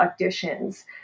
auditions